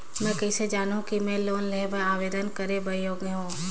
मैं किसे जानहूं कि मैं लोन लेहे बर आवेदन करे बर योग्य हंव?